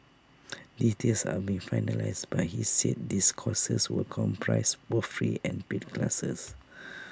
details are being finalised but he said these courses would comprise both free and paid classes